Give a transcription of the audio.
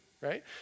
right